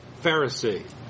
Pharisee